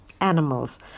animals